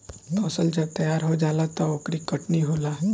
फसल जब तैयार हो जाला त ओकर कटनी होला